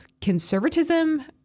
conservatism